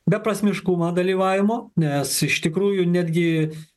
beprasmiškumą dalyvavimo nes iš tikrųjų netgi